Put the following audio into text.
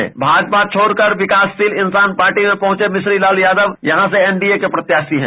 राष्ट्रीय जनता दल छोडकर विकासशील इंसान पार्टी में पहुंचे मिश्री लाल यादव यहां से एनडीए के प्रत्याशी हैं